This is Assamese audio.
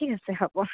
ঠিক আছে হ'ব